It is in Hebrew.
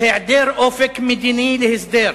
בהעדר אופק מדיני להסדר.